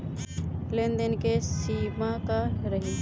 लेन देन के सिमा का रही?